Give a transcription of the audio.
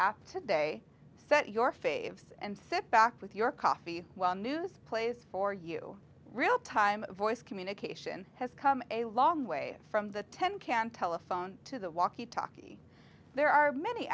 today set your faves and sit back with your coffee while news plays for you real time voice communication has come a long way from the ten can telephone to the walkie talkie there are many